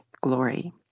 glory